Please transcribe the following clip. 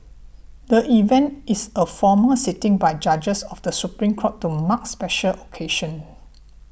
the event is a formal sitting by judges of the Supreme Court to mark special occasions